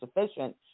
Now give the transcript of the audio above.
sufficient